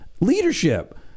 leadership